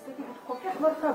sakykit kokia tvarka